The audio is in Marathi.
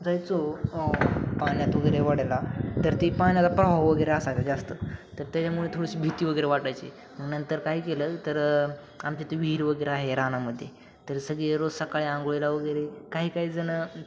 जायचो पाण्यात वगैरे ओढ्याला तर ती पाण्याला प्रवाह वगैरे असायचा जास्त तर त्याच्यामुळे थोडीशी भीती वगैरे वाटायची म्हणून नंतर काही केलं तर आमच्या इथे विहीर वगैरे आहे रानामध्य तर सगळे रोज सकाळी आंघोळीला वगैरे काही काही जण